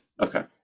Okay